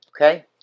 Okay